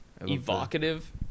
evocative